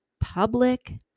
public